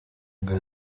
urwo